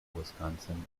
wisconsin